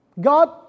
God